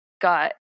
got